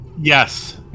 Yes